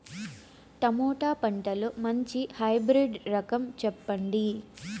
Tomato పంటలో మంచి hybrid రకం చెప్పండి?